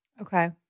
Okay